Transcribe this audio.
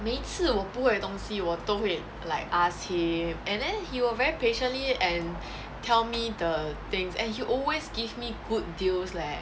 每一次我不会的东西我都会 like ask him and then he will very patiently and tell me the things and he always give me good deals leh